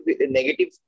negative